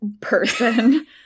person